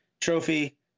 Trophy